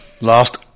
Lost